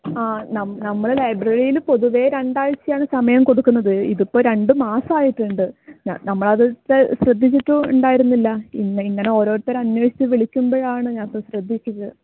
ആ നമ്മൾ നമ്മൾ ലൈബ്രറിയിൽ പൊതുവേ രണ്ട് ആഴ്ചയാണ് സമയം കൊടുക്കുന്നത് ഇതിപ്പം രണ്ട് മാസമായിട്ടുണ്ട് ഞാൻ നമ്മളത് ത്തെ ശ്രദ്ധിച്ചിട്ടും ഉണ്ടായിരുന്നില്ല ഇങ്ങ ഇങ്ങനെ ഓരോരുത്തർ അന്വേഷിച്ച് വിളിക്കുമ്പോഴാണ് ഞാൻ ഇപ്പോൾ ശ്രദ്ധിച്ചത്